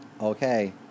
Okay